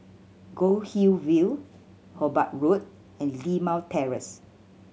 Goldhill View Hobart Road and Limau Terrace